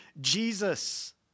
Jesus